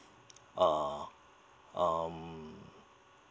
uh um